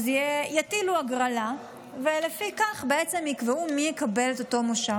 יערכו הגרלה, וכך יקבעו מי יקבל את אותו מושב.